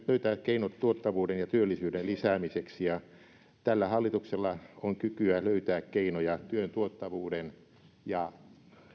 löytää keinot tuottavuuden ja työllisyyden lisäämiseksi ja tällä hallituksella on kykyä löytää keinoja työn tuottavuuden ja